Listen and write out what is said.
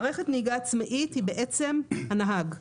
מערכת נהיגה עצמאית היא בעצם הנהג,